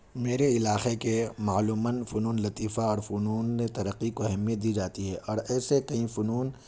میرے علاقے کے معلوماً فنونِ لطیفہ اور فنونِ ترقی کو اہمیت دی جاتی ہے اور ایسے کئی فنون